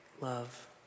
love